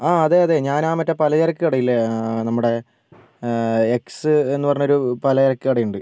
ആ അതെയതെ ഞാൻ ആ മറ്റേ പലചരക്ക് കടയില്ലേ ആ നമ്മുടെ എക്സ് എന്ന് പറഞ്ഞ ഒരു പലചരക്ക് കടയുണ്ട്